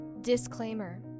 Disclaimer